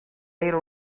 era